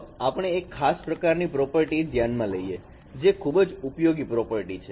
ચાલો આપણે એક ખાસ પ્રકારની પ્રોપર્ટી ધ્યાનમાં લઈએ જે ખૂબ જ ઉપયોગી પ્રોપર્ટી છે